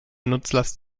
nutzlast